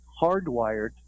hardwired